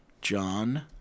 John